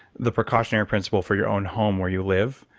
the precautionary principle for your own home, where you live,